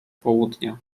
południa